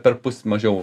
perpus mažiau